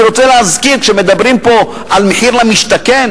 אני רוצה להזכיר שכשמדברים פה על מחיר למשתכן,